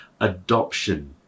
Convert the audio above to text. adoption